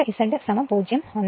അതിനാൽ 2 Z 0